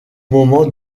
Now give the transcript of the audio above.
moment